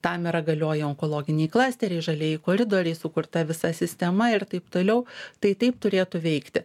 tam yra galioja onkologiniai klasteriai žalieji koridoriai sukurta visa sistema ir taip toliau tai taip turėtų veikti